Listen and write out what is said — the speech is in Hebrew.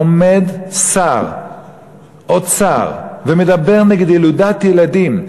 עומד שר אוצר ומדבר נגד ילודת ילדים,